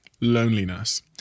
loneliness